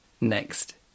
Next